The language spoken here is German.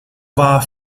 war